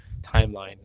timeline